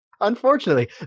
Unfortunately